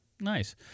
Nice